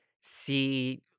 see